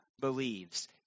believes